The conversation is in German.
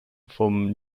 vom